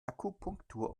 akupunktur